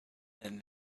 and